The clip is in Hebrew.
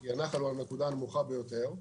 כי הנחל הוא הנקודה הנמוכה ביותר,